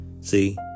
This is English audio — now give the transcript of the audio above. See